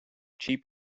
cheap